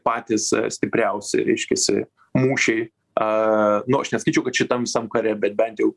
patys stipriausi reiškiasi mūšiai a nu aš nesakyčiau kad šitam visam kare bet bent jau